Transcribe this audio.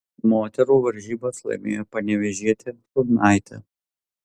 moterų varžybas laimėjo panevėžietė šiurnaitė